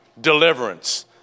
deliverance